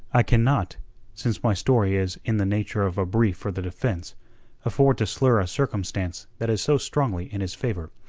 i cannot since my story is in the nature of a brief for the defence afford to slur a circumstance that is so strongly in his favour,